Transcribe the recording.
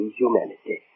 humanity